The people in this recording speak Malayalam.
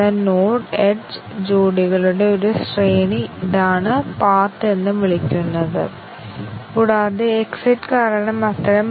അതുപോലെ a 30 ശരിയാണെങ്കിൽ രണ്ടാമത്തെ വ്യവസ്ഥയിൽ എന്താണുള്ളത് എന്നത് പരിഗണിക്കാതെ തീരുമാനത്തിന്റെ ഫലം പറയാം